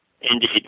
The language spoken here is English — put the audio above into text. Indeed